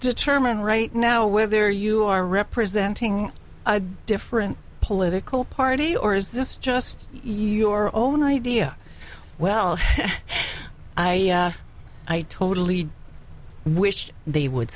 determine right now whether you are representing a different political party or is this just your own idea well i i totally wish they would